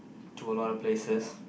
to a lot of places